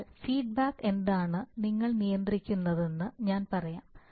അതിനാൽ ഫീഡ്ബാക്ക് എന്താണ് നിങ്ങൾ നിയന്ത്രിക്കുന്നതെന്ന് ഞാൻ പറയാം